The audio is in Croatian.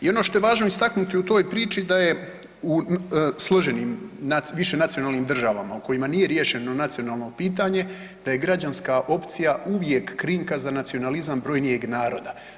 I ono što je važno istaknuti u toj priči da je u složenim višenacionalnim državama u kojima nije riješeno nacionalno pitanje da je građanska opcija uvijek krimka za nacionalizam brojnijeg naroda.